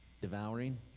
devouring